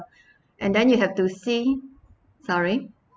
and then you have to see sorry